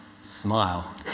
smile